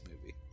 movie